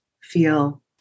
feel